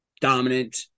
dominant